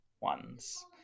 ones